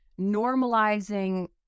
normalizing